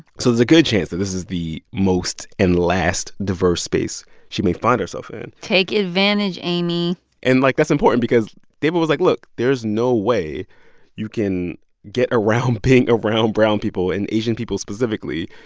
so there's a good chance that this is the most and last diverse space she may find herself in take advantage, amy and like, that's important because david was like, look, there is no way you can get around being around brown people, and asian people specifically,